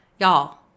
y'all